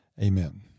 Amen